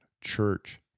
Church